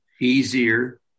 easier